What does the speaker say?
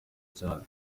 cyane